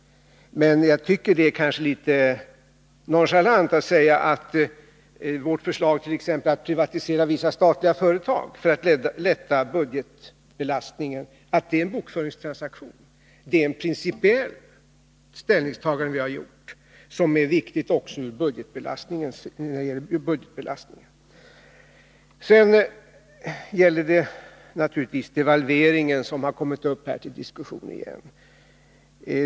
Jag tycker att det är litet nonchalant att säga att t.ex. vårt förslag att privatisera vissa statliga företag för att lätta budgetbelastningen är en bokföringstransaktion. Det är ett principiellt ställningstagande som vi har gjort och som är viktigt också när det gäller att minska budgetbelastningen. Sedan gäller det naturligtvis devalveringen, som har kommit upp till diskussion här igen.